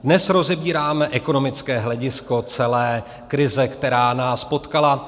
Dnes rozebíráme ekonomické hledisko celé krize, která nás potkala.